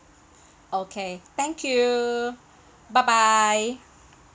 okay thank you bye bye